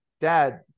Dad